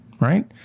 right